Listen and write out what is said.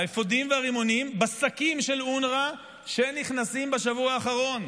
האפודים והרימונים בשקים של אונר"א שנכנסים בשבוע האחרון